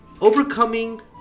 overcoming